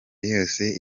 yose